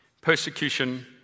persecution